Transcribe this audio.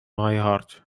iheart